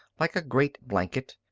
like a great blanket,